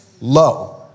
Low